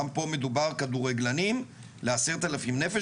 גם פה מדובר כדורגלנים לעשרת אלפים נפש